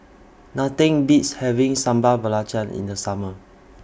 Nothing Beats having Sambal Belacan in The Summer